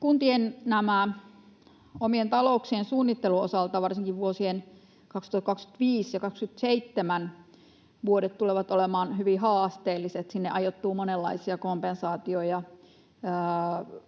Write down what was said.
Kuntien omien talouksien suunnittelun osalta varsinkin vuodet 2025—27 tulevat olemaan hyvin haasteelliset. Sinne ajoittuu monenlaisia kompensaatioita ja